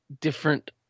different